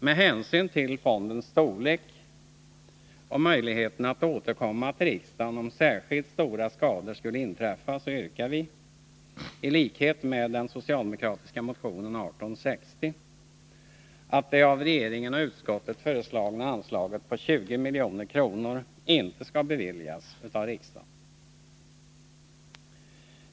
Med hänsyn till fondens storlek och möjligheten att återkomma till riksdagen, om särskilt stora skador skulle inträffa, yrkar vi, i likhet med vad som skett i den socialdemokratiska motionen 1860, att det av regeringen och utskottet föreslagna anslaget på 20 milj.kr. inte skall beviljas av riksdagen.